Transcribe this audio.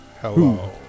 Hello